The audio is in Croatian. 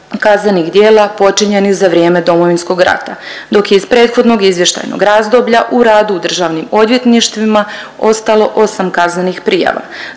kaznenih djela počinjenih za vrijeme Domovinskog rata dok je iz prethodnog izvještajnog razdoblja u radu u državnim odvjetništvima ostalo 8 kaznenih prijava.